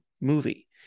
movie